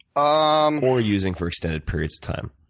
um or using for extended periods of time?